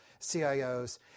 CIOs